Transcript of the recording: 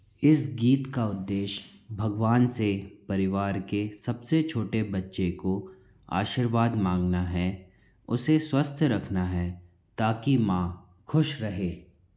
इस गीत का उद्देश्य भगवान से परिवार के सबसे छोटे बच्चे को आशीर्वाद मांगना है उसे स्वस्थ रखना है ताकि माँ खुश रहे